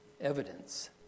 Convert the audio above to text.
evidence